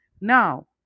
Now